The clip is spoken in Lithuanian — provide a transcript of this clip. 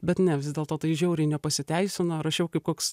bet ne vis dėlto tai žiauriai nepasiteisino rašiau kaip koks